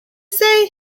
say